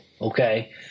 okay